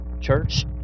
Church